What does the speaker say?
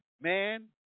man